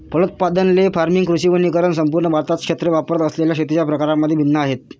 फलोत्पादन, ley farming, कृषी वनीकरण संपूर्ण भारतात क्षेत्रे वापरत असलेल्या शेतीच्या प्रकारांमध्ये भिन्न आहेत